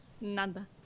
Nada